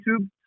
YouTube